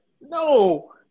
no